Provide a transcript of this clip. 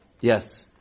Yes